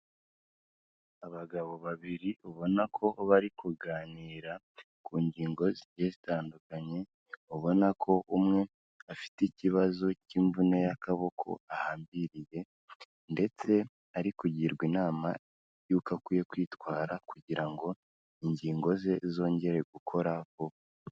Abagabo babiri ubona ko bari kuganira ku ngingo zigiye zitandukanye, ubona ko umwe afite ikibazo cy'imvune y'akaboko ahambiriye ndetse ari kugirwa inama y'uko akwiye kwitwara kugira ngo ingingo ze zongere gukora vuba.